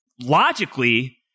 logically